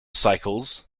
cycles